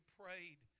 prayed